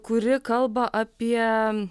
kuri kalba apie